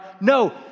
No